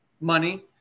money